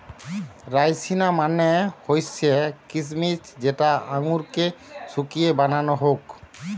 রাইসিনা মানে হৈসে কিছমিছ যেটা আঙুরকে শুকিয়ে বানানো হউক